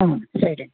ஆ சரி